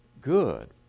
good